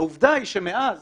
העובדה היא שמאז